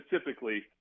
specifically